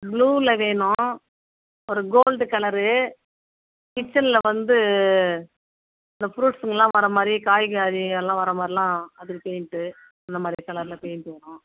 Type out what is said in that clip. ப்ளூவில் வேணும் ஒரு கோல்டு கலரு கிச்சனில் வந்து இந்த ஃப்ரூட்ஸுங்கள்லாம் வர மாதிரி காய்கறி இதல்லாம் வர மாதிரிலாம் அதுக்கு பெயிண்ட்டு அந்த மாதிரி கலரில் பெயிண்ட்டு வேணும்